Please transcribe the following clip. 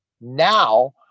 Now